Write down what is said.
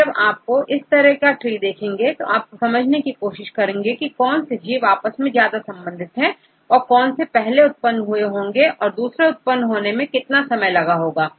तो जब आप इस तरह के ट्रीदेखेंगे तो आप यह समझने की कोशिश कर सकते हैं कि कौन से जीव आपस में ज्यादा संबंधित है और कौन से पहले उत्पन्न हुए होंगे तथा दूसरे के उत्पन्न होने में कितना समय लगा होगा